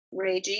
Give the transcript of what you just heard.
ragey